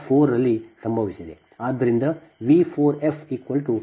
ಆದ್ದರಿಂದ V 4 F 0